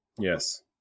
Yes